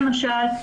למשל,